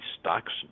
stocks